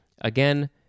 Again